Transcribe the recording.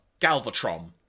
Galvatron